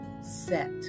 set